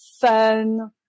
fun